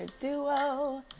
Duo